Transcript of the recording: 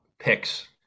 picks